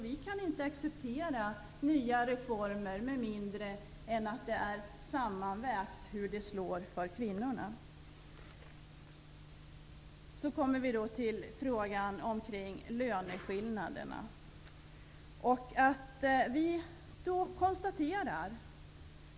Vi kan inte acceptera nya reformer med mindre än att det är sammanvägt hur de slår för kvinnorna. Så kommer vi till frågan om löneskillnaderna.